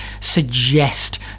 suggest